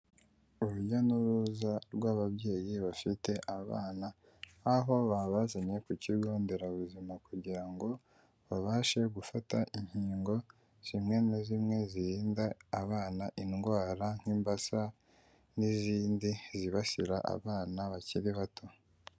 Urujya n'uruza rw'ababyeyi bafite abana, babazanye ku kigo nderabuzima, kugira ngo babashe gufata inkingo zimwe na zimwe, zirinda abana indwara nk'imbasa, n'izindi zibasira abana bakiri bato.